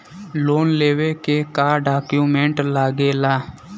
Loan लेवे के का डॉक्यूमेंट लागेला?